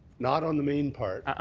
not on the main part.